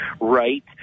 right